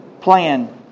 plan